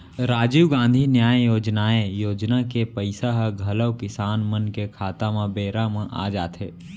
राजीव गांधी न्याय योजनाए योजना के पइसा ह घलौ किसान मन के खाता म बेरा म आ जाथे